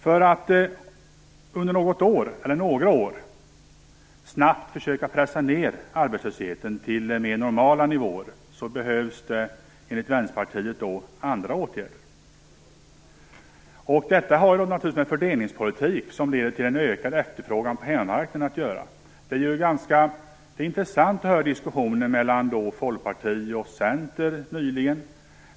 För att under några år snabbt försöka att pressa ned arbetslösheten till mer normala nivåer behövs det andra åtgärder, enligt Vänsterpartiet. Detta har att göra med en fördelningspolitik som leder till ökad efterfrågan på hemmamarknaden. Det var intressant att höra diskussionen mellan Folkpartiet och Centern nyligen.